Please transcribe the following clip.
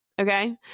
okay